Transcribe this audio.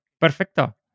perfecto